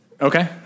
Okay